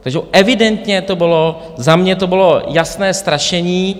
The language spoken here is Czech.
Takže evidentně to bylo za mě to bylo jasné strašení.